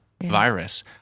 Virus